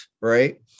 right